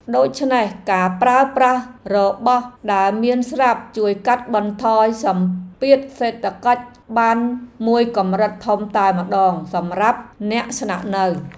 ដូចនេះការប្រើប្រាស់របស់ដែលមានស្រាប់ជួយកាត់បន្ថយសម្ពាធសេដ្ឋកិច្ចបានមួយកម្រិតធំតែម្ដងសម្រាប់អ្នកស្នាក់នៅ។